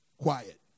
Quiet